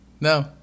no